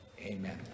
amen